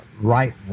right